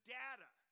data